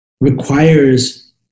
requires